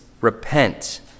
repent